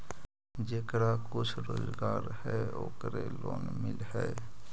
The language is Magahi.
जेकरा कुछ रोजगार है ओकरे लोन मिल है?